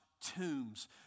tombs